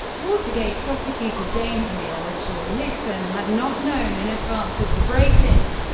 watergate prosecutor james neal was sure nixon had not known in advance of the break-in.